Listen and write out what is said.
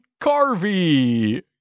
Carvey